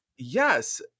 Yes